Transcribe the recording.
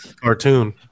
cartoon